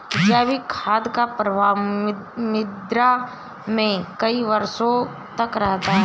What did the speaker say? जैविक खाद का प्रभाव मृदा में कई वर्षों तक रहता है